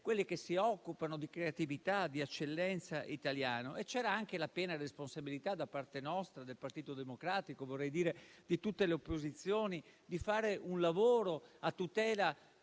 quelle che si occupano di creatività e di eccellenza italiana. E c'era anche la piena responsabilità da parte nostra, del Partito Democratico e di tutte le opposizioni, di fare un lavoro a tutela